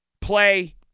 play